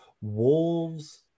wolves